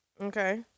Okay